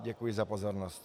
Děkuji za pozornost.